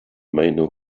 meine